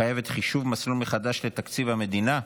מחייבת חישוב מסלול מחדש לתקציב המדינה.